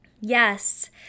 Yes